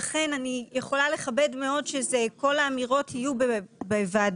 לכן אני יכולה לכבד מאוד שכל האמירות יהיו בוועדה,